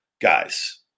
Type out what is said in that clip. guys